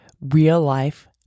real-life